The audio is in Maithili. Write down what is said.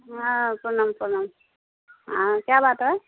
हँ प्रणाम प्रणाम हँ क्या बात है